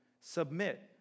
Submit